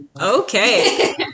Okay